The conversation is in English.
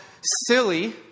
silly